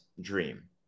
dream